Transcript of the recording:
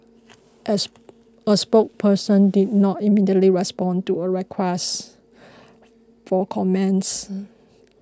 as a spokesperson did not immediately respond to a request for comments